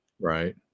Right